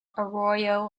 arroyo